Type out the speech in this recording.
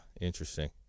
interesting